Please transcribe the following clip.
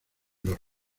los